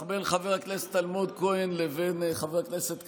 בין חבר הכנסת אלמוג כהן לבין חבר הכנסת כסיף,